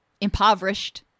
impoverished